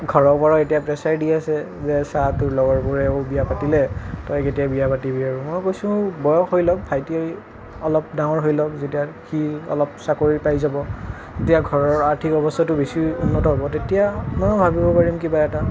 ঘৰৰ পৰা এতিয়া প্ৰেচাৰ দি আছে চা তোৰ লগৰ বোৰেও বিয়া পাতিলে তই কেতিয়া বিয়া পাতিবি আৰু মই কৈছোঁ বয়স হৈ লওক ভাইটি অলপ ডাঙৰ হৈ লওক যেতিয়া সি অলপ চাকৰি পায় যাব তেতিয়া ঘৰৰ আৰ্থিক অৱস্থাটো বেছি উন্নত হ'ব তেতিয়া মই ভাবিব পাৰিম কিবা এটা